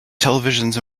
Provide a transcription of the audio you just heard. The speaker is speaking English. televisions